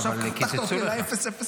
עכשיו חתכת אותי על ה-000.